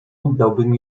oddałbym